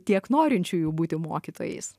tiek norinčiųjų būti mokytojais